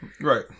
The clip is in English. Right